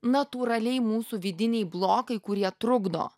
natūraliai mūsų vidiniai blokai kurie trukdo